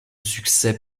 succès